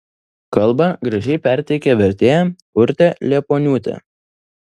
kalbą gražiai perteikė vertėja urtė liepuoniūtė